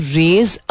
raise